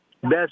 best